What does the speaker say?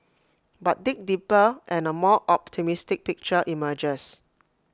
but dig deeper and A more optimistic picture emerges